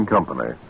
Company